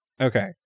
Okay